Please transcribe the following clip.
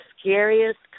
scariest